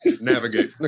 navigate